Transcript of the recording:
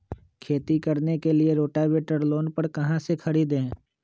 खेती करने के लिए रोटावेटर लोन पर कहाँ से खरीदे?